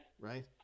Right